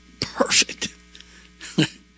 Perfect